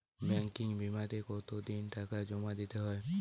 Banking বিমাতে কত দিন টাকা জমা দিতে হয়?